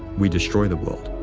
we destroy the world,